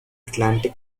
atlantic